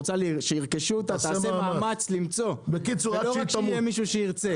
שרוצה שירכשו אותה תעשה מאמץ למצוא ולא רק שיהיה מי שירצה.